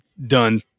done